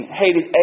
hated